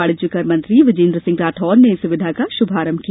वणिज्यकर मंत्री बृजेन्द्र सिंह राठौर ने इस सुविधा का शुभारंभ किया